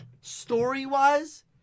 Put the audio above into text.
Story-wise